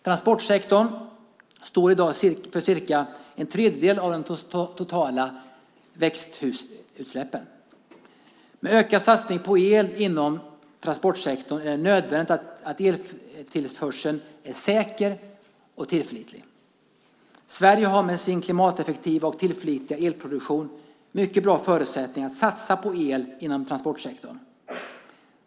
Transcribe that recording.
Transportsektorn står i dag för cirka en tredjedel av de totala växthusutsläppen. Med ökad satsning på el inom transportsektorn är det nödvändigt att eltillförseln är säker och tillförlitlig. Sverige har med sin klimateffektiva och tillförlitliga elproduktion mycket bra förutsättningar att satsa på el inom transportsektorn.